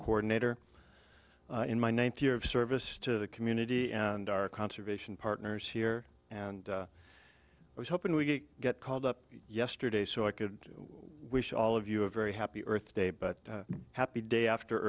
coordinator in my ninth year of service to the community and our conservation partners here and we're hoping we get called up yesterday so i could wish all of you a very happy earth day but happy day after